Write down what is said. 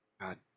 God